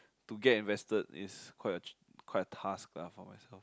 to get invested is quite a quite a task lah for myself